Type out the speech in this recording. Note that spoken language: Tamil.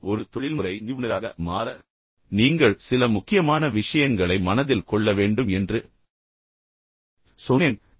ஒரு தொழில்முறை நிபுணராக மாற நீங்கள் சில முக்கியமான விஷயங்களை மனதில் கொள்ள வேண்டும் என்று சொன்னேன் அவை என்ன